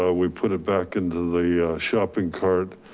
ah we put it back into the shopping cart,